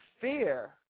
fear